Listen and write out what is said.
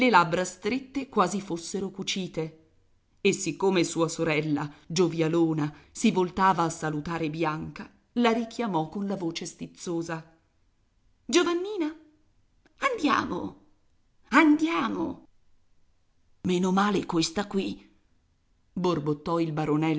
labbra strette quasi fossero cucite e siccome sua sorella giovialona si voltava a salutare bianca la richiamò con la voce stizzosa giovannina andiamo andiamo meno male questa qui borbottò il baronello